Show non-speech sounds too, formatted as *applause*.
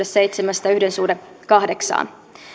*unintelligible* seitsemästä yhteen per kahdeksaan